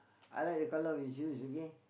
I like the colour of your shoes okay